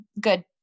good